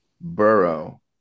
Burrow